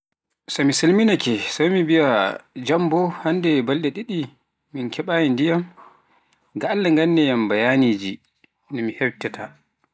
So mi silminake, sai mi biaa, jam bo hannde balɗe ɗiɗi min keɓaayi ndiyam, ga Allah nganne min bayaaniiji, no min heftataa.